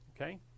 Okay